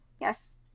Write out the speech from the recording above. yes